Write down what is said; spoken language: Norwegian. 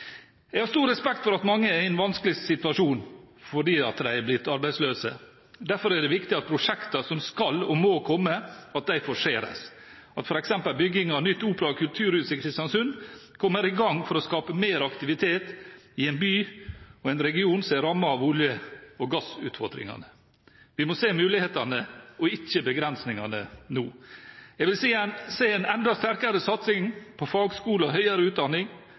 Jeg har stor respekt for at mange er i en vanskelig situasjon fordi de er blitt arbeidsløse. Derfor er det viktig at prosjekter som skal og må komme, forseres, at f.eks. bygging av nytt opera- og kulturhus i Kristiansund kommer i gang for å skape mer aktivitet i en by og en region som er rammet av olje- og gassutfordringene. Vi må se mulighetene og ikke begrensningene nå. Jeg vil se en enda sterkere satsing på fagskole og høyere utdanning